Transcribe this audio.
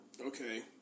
Okay